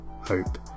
hope